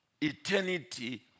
eternity